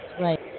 Right